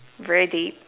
very deep